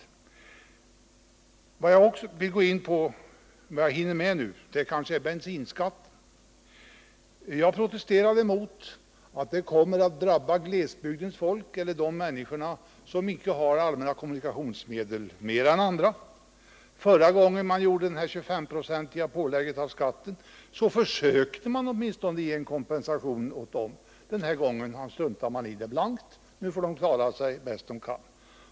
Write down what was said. Det finns annat som jag vill gå in på — kanske hinner jag med bensinskatten. Jag protesterar mot höjningen av bensinskatten därför att den kommer att drabba glesbygdens folk och de människor som inte har tillgång till allmänna kommunikationer, mer än andra. Förra gången man gjorde ett 25-procentigt pålägg på bensinskatten försökte man åtminstone ge kompensation åt dem. Den här gången struntar man blankt i det. Nu får de klara sig bäst de kan.